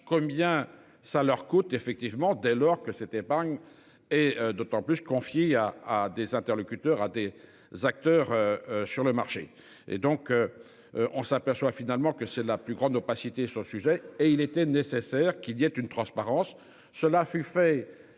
combien ça leur coûte effectivement dès lors que cette épargne est d'autant plus confier à des interlocuteurs à des acteurs sur le marché et donc. On s'aperçoit finalement que c'est la plus grande opacité sur le sujet et il était nécessaire qu'il y ait une transparence cela fut fait